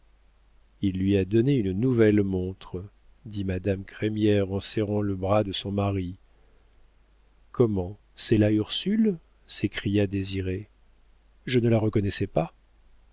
il lui a donné une nouvelle montre dit madame crémière en serrant le bras de son mari comment c'est là ursule s'écria désiré je ne la reconnaissais pas